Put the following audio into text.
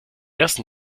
ersten